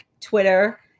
twitter